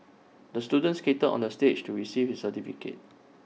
the student skated onto the stage to receive his certificate